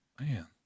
man